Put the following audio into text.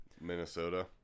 Minnesota